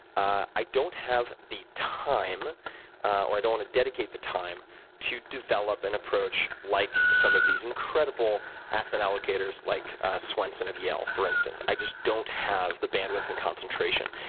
i don't have the time or i don't want to dedicate the time to develop an approach like some of these incredible asset allocators like swenson of yale, for instance. i just don't have the bandwidth and concentration.